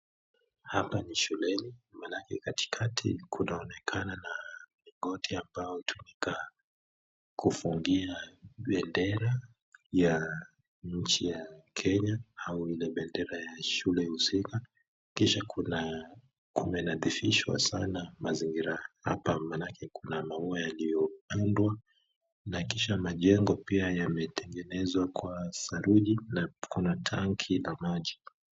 Hapa ni shuleni, maanake katikati kunaonekana na mlingoti ambao hutumika kufungia bendera ya nchi ya Kenya au ile bendera ya shule mzima, kisha kuna, kumenadhifishwa sana mazingira hapa maanake kuna maua yaliyoundwa na kisha majengo pia yametengenezwa kwa saruji, na Kuna tanki la maji.